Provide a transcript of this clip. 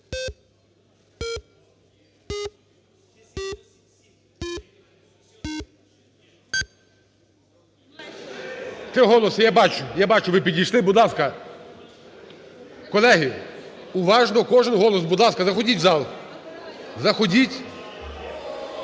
Три голоси. Я бачу. Я бачу, ви підійшли. Будь ласка, колеги, уважно! Кожен голос. Будь ласка, заходіть в зал. Заходіть.